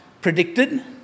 predicted